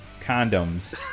condoms